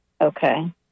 Okay